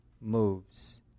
moves